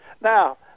Now